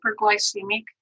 hyperglycemic